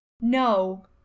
No